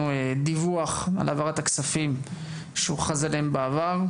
דיווח על העברת הכספים שהוכרז עליהם בעבר,